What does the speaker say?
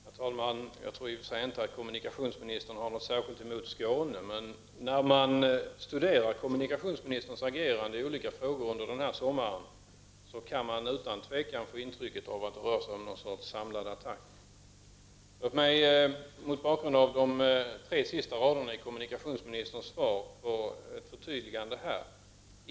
Herr talman! Jag tror i och för sig inte att kommunikationsministern har något särskilt emot Skåne. När man studerar kommunikationsministerns agerande i olika frågor under sommaren, kan man utan tvivel få intrycket att det rör sig om något slags samlad attack. Låt mig mot bakgrund av de tre sista raderna i kommunikationsministerns svar få ett förtydligande.